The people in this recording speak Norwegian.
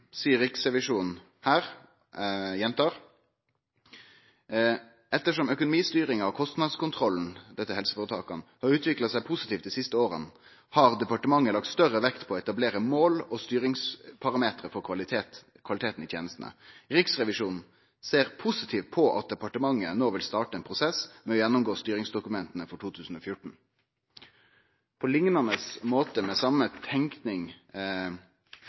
Riksrevisjonen: «Ettersom økonomistyringen og kostnadskontrollen har utviklet seg positivt de siste årene, har departementet lagt større vekt på å etablere mål og styringsparametere for kvaliteten i tjenestene. Riksrevisjonen ser positivt på at departementet nå vil starte en prosess med å gjennomgå styringsdokumentene for 2014.» På liknande måte og med